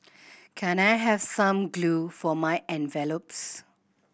can I have some glue for my envelopes